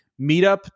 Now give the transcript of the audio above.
Meetup